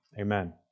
Amen